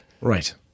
Right